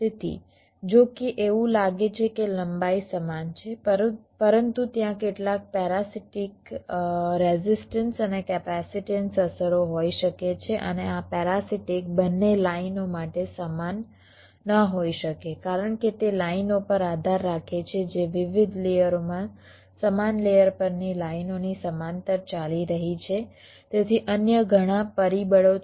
તેથી જો કે એવું લાગે છે કે લંબાઈ સમાન છે પરંતુ ત્યાં કેટલાક પેરાસિટીક રેઝિસ્ટન્સ અને કેપેસિટન્સ અસરો હોઈ શકે છે અને આ પેરાસિટીક બંને લાઈનો માટે સમાન ન હોઈ શકે કારણ કે તે લાઈનો પર આધાર રાખે છે જે તે વિવિધ લેયરોમાં સમાન લેયર પરની લાઈનોની સમાંતર ચાલી રહી છે તેથી અન્ય ઘણા પરિબળો છે